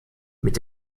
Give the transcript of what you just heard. mit